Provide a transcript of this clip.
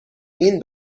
این